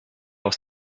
aus